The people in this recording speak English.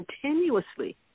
continuously